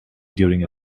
during